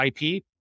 IP